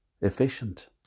efficient